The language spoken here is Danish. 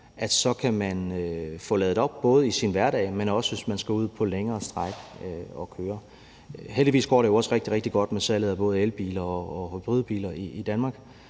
så kan man få den ladet op både i sin hverdag, men også hvis man skal ud og køre længere stræk. Heldigvis går det også rigtig, rigtig godt med salget af både elbiler og hybridbiler i Danmark,